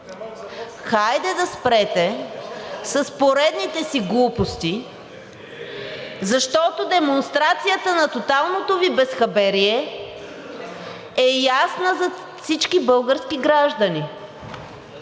хайде да спрете! – с поредните си глупости, защото демонстрацията на тоталното Ви безхаберие е ясна за всички български граждани.